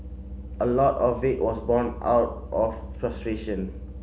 a lot of it was born out of frustration